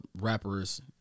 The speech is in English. rappers